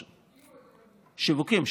שיווקים,